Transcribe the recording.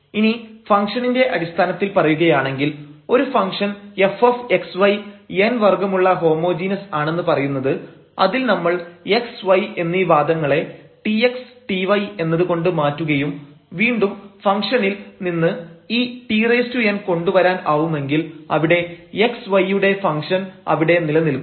ഇനി ഫംഗ്ഷണിന്റെ അടിസ്ഥാനത്തിൽ പറയുകയാണെങ്കിൽ ഒരു ഫംഗ്ഷൻ fxy n വർഗ്ഗമുള്ള ഹോമോജീനസ് ആണെന്ന് പറയുന്നത് അതിൽ നമ്മൾ x y എന്നീ വാദങ്ങളെ tx ty എന്നതുകൊണ്ട് മാറ്റുകയും വീണ്ടും ഫംഗ്ഷണിൽ നിന്ന് ഈ t n കൊണ്ടുവരാൻ ആവുമെങ്കിൽ അവിടെ x y യുടെ ഫംഗ്ഷൻഅവിടെ നിലനിൽക്കും